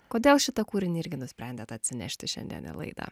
kodėl šitą kūrinį irgi nusprendėt atsinešti šiandien į laidą